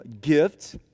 gift